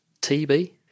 TB